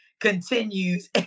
continues